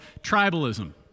tribalism